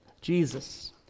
Jesus